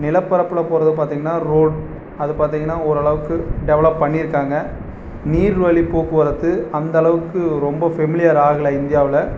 நிலப்பரப்பில் போகிறது பார்த்தீங்கன்னா ரோட் அது பார்த்தீங்கன்னா ஓரளவுக்கு டெவலப் பண்ணியிருக்காங்க நீர் வழி போக்குவரத்து அந்த அளவுக்கு ரொம்ப ஃபெமிலியர் ஆகலை இந்தியாவில்